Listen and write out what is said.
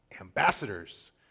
ambassadors